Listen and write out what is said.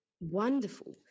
Wonderful